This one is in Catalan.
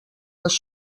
les